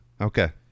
Okay